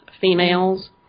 females